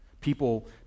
People